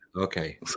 okay